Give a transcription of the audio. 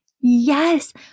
Yes